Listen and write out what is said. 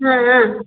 ಹಾಂ ಹಾಂ